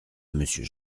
monsieur